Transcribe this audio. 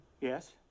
Yes